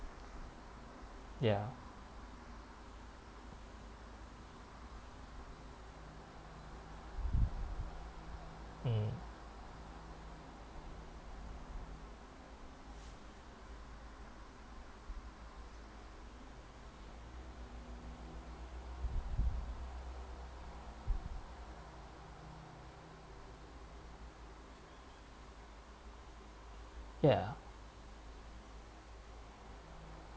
ya mm ya